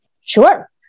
Sure